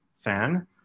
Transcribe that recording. fan